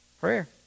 Prayer